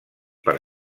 per